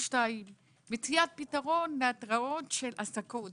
הדבר השני הוא מציאת פתרון להתרעות של אזעקות